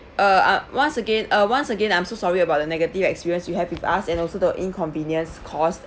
uh uh once again uh once again I'm so sorry about the negative experience you have with us and also the inconvenience caused